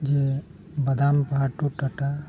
ᱡᱮ ᱵᱟᱫᱟᱢ ᱯᱟᱦᱟᱲ ᱴᱩ ᱴᱟᱴᱟ